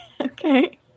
Okay